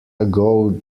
ago